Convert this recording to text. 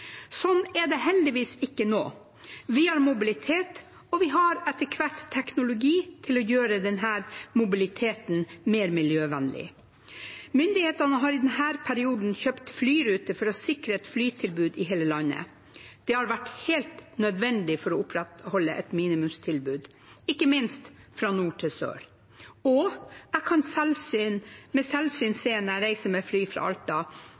er det heldigvis ikke nå. Vi har mobilitet, og vi har etter hvert teknologi til å gjøre denne mobiliteten mer miljøvennlig. Myndighetene har i denne perioden kjøpt flyruter for å sikre et flytilbud i hele landet. Det har vært helt nødvendig for å opprettholde et minimumstilbud, ikke minst fra nord til sør. Og jeg kan med selvsyn se når jeg reiser med fly fra Alta